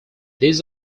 this